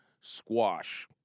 squash